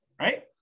right